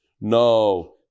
no